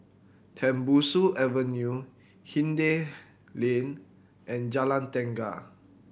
Tembusu Avenue Hindhede Lane and Jalan Tenaga